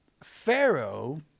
pharaoh